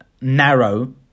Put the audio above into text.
narrow